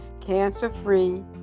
cancer-free